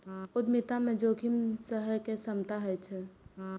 उद्यमिता मे जोखिम सहय के क्षमता होइ छै